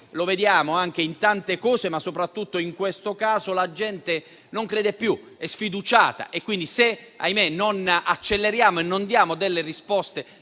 lo vediamo in tanti casi, ma soprattutto in questo: la gente non crede più, è sfiduciata e quindi, se non acceleriamo e non diamo risposte